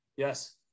yes